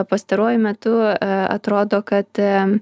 pastaruoju metu atrodo kad